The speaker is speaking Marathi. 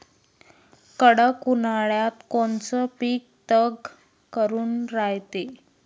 कडक उन्हाळ्यात कोनचं पिकं तग धरून रायते?